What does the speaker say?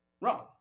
Wrong